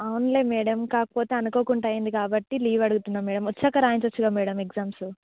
అవునులే మేడం కాకపోతే అనుకోకుండా అయ్యింది కాబట్టి లీవ్ అడుగుతున్నాము మ్యాడమ్ వచ్చాక రాయించ వచ్చుగా మ్యాడమ్ ఎగ్జామ్సు